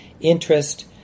interest